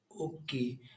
Okay